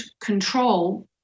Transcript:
control